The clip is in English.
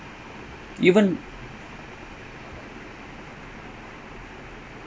ஆனா அது விட்டுடு:aanaa athu vittudu they waited two years benched him for two years for two million it's just poor business